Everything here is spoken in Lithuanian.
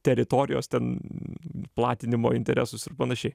teritorijos ten platinimo interesus ir panašiai